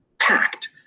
packed